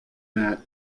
that